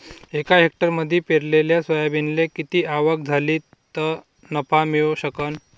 एका हेक्टरमंदी पेरलेल्या सोयाबीनले किती आवक झाली तं नफा मिळू शकन?